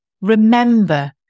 Remember